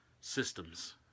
Systems